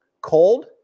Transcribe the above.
Cold